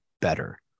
better